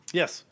yes